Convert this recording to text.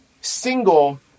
single